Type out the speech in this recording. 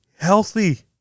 healthy